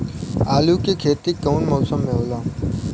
आलू के खेती कउन मौसम में होला?